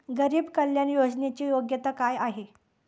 गरीब कल्याण योजनेची योग्यता काय आहे?